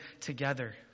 together—